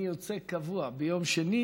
אני יוצא קבוע ביום שני